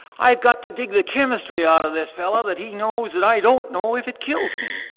i've got to dig the chemistry out of this fella that he knows that i don't know if it kills me.